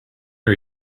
are